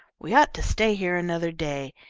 we ought to stay here another day,